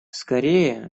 скорее